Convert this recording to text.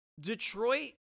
Detroit